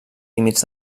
límits